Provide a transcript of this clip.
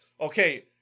Okay